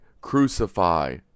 Crucify